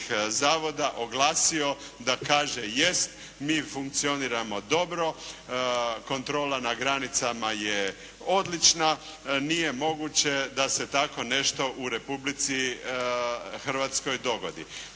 zavoda oglasio da kaže jest, mi funkcioniramo dobro, kontrola na granicama je odlična, nije moguće da se tako nešto u Republici Hrvatskoj dogodi.